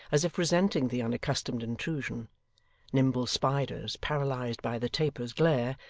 as if resenting the unaccustomed intrusion nimble spiders, paralysed by the taper's glare,